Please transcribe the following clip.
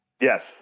Yes